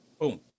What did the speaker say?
Boom